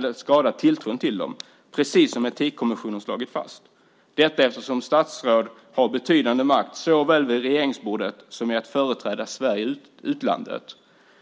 att skada tilltron till dem, precis som Etikkommissionen slagit fast - detta därför att statsråd har betydande makt såväl vid regeringsbordet som i att företräda Sverige i utlandet.